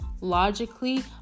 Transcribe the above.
logically